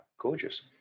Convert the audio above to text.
gorgeous